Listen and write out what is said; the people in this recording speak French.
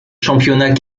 championnats